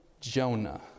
Jonah